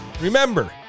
Remember